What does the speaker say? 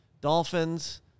Dolphins